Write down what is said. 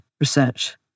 research